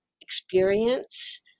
experience